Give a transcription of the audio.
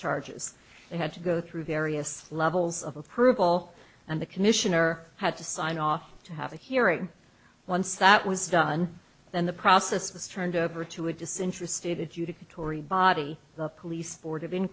charges they had to go through various levels of approval and the commissioner had to sign off to have a hearing once that was done then the process was turned over to a disinterested if you tory body the police